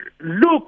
Look